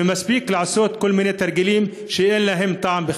ומספיק לעשות כל מיני תרגילים שאין להם טעם בכלל.